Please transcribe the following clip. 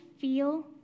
feel